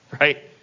right